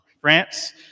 France